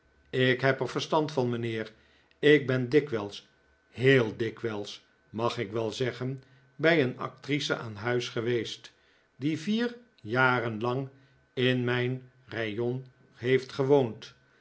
ik heb er verstand van mijnheer ik ben dikwijls heel dikwijls mag ik wel zeggen bij een actrice aan huis geweest die vier jaren lang in mijn rayon heeft gewoond